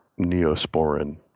Neosporin